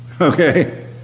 okay